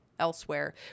elsewhere